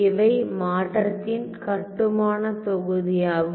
இவை மாற்றத்தின் கட்டுமான தொகுதியாகும்